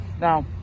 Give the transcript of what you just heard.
Now